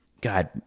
God